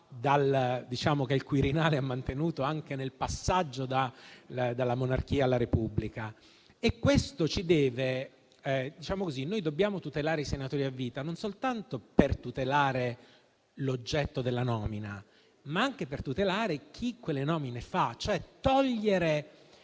che il Quirinale ha mantenuto anche nel passaggio dalla monarchia alla Repubblica. Noi dobbiamo tutelare i senatori a vita non soltanto per tutelare l'oggetto della nomina, ma anche per tutelare chi quelle nomine fa. Sottrarre,